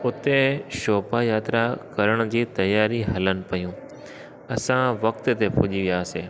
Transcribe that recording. हुते शोभा यात्रा करण जी तयारी हलनि पियूं असां वक़्त ते पुॼी वियासीं